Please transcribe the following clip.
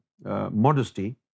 modesty